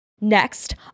next